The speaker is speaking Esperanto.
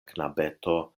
knabeto